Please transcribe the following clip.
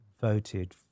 voted